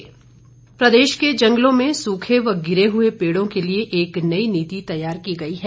गोविंद ठाकुर प्रदेश के जंगलों में सूखे व गिरे हुए पेड़ों के लिए एक नई नीति तैयार की गई है